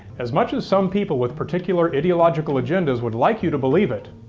as much as some people with particular ideological agendas would like you to believe it,